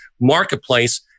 marketplace